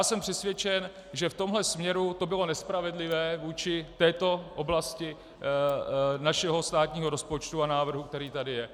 Jsem přesvědčen, že v tomto směru to bylo nespravedlivé vůči této oblasti našeho státního rozpočtu a návrhu, který tady je.